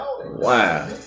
Wow